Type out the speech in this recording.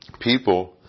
people